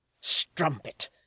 Strumpet